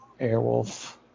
Airwolf